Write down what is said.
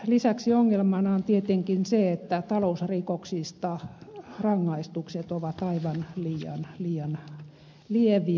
lisäksi ongelmana on tietenkin se että talousrikoksista rangaistukset ovat aivan liian lieviä